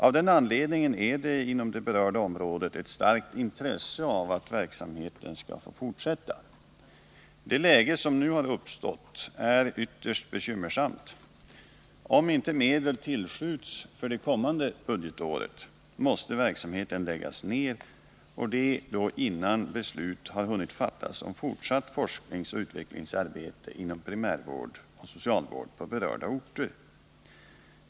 Av den anledningen är det inom det berörda området ett starkt intresse av att verksamheten skall få fortsätta. Det läge som nu har uppstått är ytterst bekymmersamt. Om inte medel tillskjuts för det kommande budgetåret måste verksamheten läggas ned. Detta sker innan beslut har hunnit fattas om fortsatt forskningsoch utvecklingsarbete inom primärvård och socialvård på berörda orter.